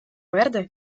верде